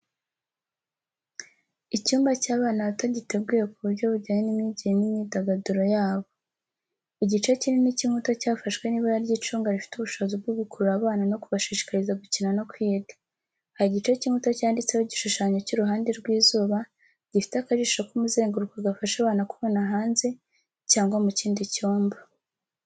Icyumba cy’abana bato giteguye ku buryo bujyanye n’imyigire n’imyidagaduro yabo. Igice kinini cy’inkuta cyafashwe n’ibara ry'icunga rifite ubushobozi bwo gukurura abana no kubashishikariza gukina no kwiga. Hari igice cy’inkuta cyanditseho igishushanyo cy’uruhande rw’izuba gifite akajisho k’umuzenguruko gafasha abana kubona hanze cyangwa mu kindi cyumba.